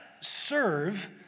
serve